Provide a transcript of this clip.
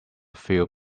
few